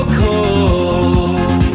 cold